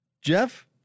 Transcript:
Jeff